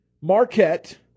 Marquette